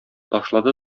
ташлады